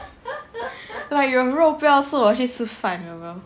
like 有肉不要吃我去吃饭的人